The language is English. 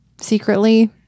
secretly